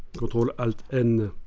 control alt. n